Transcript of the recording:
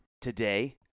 today